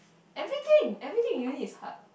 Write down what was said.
everything everything unit is hard